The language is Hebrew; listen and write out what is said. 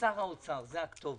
שר האוצר הוא הכתובת.